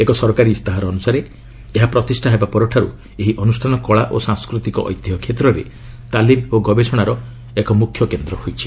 ଏକ ସରକାରୀ ଇସ୍ତାହାର ଅନୁସାରେ ଏହା ପ୍ରତିଷ୍ଠା ହେବା ପରଠାରୁ ଏହି ଅନୁଷ୍ଠାନ କଳା ଓ ସାଂସ୍କୃତିକ ଐତିହ୍ୟ କ୍ଷେତ୍ରରେ ତାଲିମ ଓ ଗବେଷଣାର ଏକ ମୁଖ୍ୟକେନ୍ଦ୍ର ହୋଇଛି